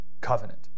covenant